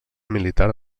militar